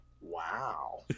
Wow